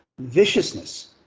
viciousness